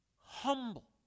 humble